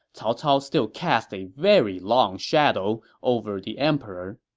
cao cao still cast a very long shadow over the emperor.